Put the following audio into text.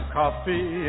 coffee